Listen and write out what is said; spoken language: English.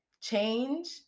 change